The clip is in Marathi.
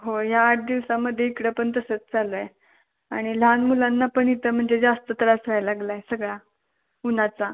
हो या आठ दिवसामध्ये इकडे पण तसंच चाललं आहे आणि लहान मुलांना पण इथं म्हणजे जास्त त्रास व्हायला लागला आहे सगळा ऊन्हाचा